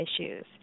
issues